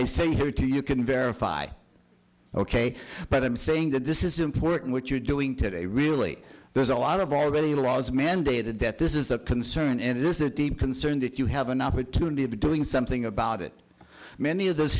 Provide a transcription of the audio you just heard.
i say here to you can verify ok but i'm saying that this is important what you're doing today really there's a lot of already laws mandated that this is a concern and this is a deep concern that you have an opportunity of doing something about it many of th